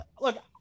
look